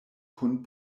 kun